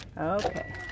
Okay